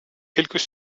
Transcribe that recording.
quelques